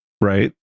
Right